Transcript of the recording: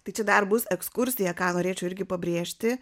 tai čia dar bus ekskursija ką norėčiau irgi pabrėžti